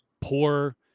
poor